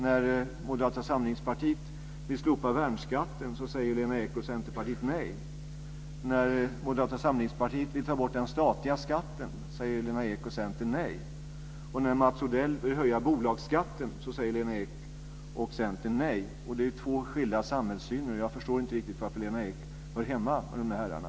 När Moderata samlingspartiet vill slopa värnskatten säger Lena Ek och Centerpartiet nej. När Moderata samlingspartiet vill ta bort den statliga skatten säger Lena Ek och Centern nej. När Mats Odell vill höja bolagsskatten säger Lena Ek och Centern nej. Det är två skilda samhällssyner. Jag förstår inte riktigt varför Lena Ek hör hemma med de herrarna.